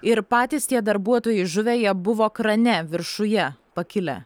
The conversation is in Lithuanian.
ir patys tie darbuotojai žuvę jie buvo krane viršuje pakilę